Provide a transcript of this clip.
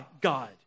God